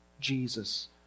Jesus